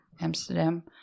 amsterdam